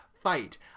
fight